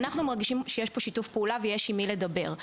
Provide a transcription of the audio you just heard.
אנחנו מרגישים שיש פה שיתוף פעולה ויש עם מי לדבר.